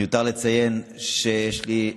מיותר לציין שיש לי,